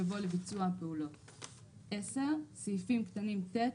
יבוא "לביצוע הפעולות"; סעיפים קטנים (ט),